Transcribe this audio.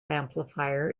amplifier